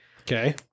okay